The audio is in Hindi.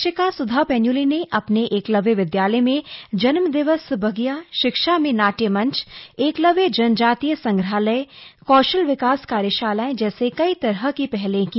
शिक्षिका सुधा पैन्यूली ने अपने एकलव्य विद्यालय में जन्म दिवस बगिया शिक्षा में ना्टय मंच एकलव्य जनजातीय संग्रहालय कौशल विकास कार्यशालाएं जैसी कई तरह की पहलें की